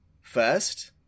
First